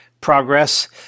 progress